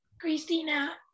christina